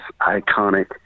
iconic